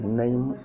name